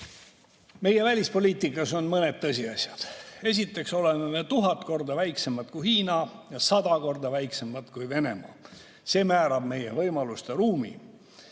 Meie välispoliitikas on mõned tõsiasjad. Esiteks oleme me tuhat korda väiksemad kui Hiina ja sada korda väiksemad kui Venemaa. See määrab meie võimaluste ruumi.